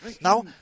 Now